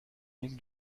unique